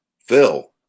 Phil